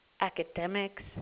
academics